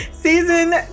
season